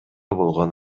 болгон